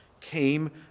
came